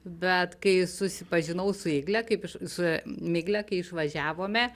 bet kai susipažinau su igle kaip iš su migle kai išvažiavome